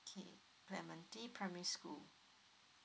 clementi primary school